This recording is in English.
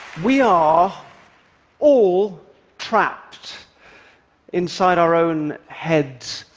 we are all trapped inside our own heads,